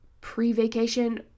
pre-vacation